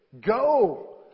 Go